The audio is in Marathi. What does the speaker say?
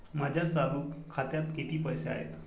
माझ्या चालू खात्यात किती पैसे आहेत?